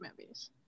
movies